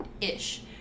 ish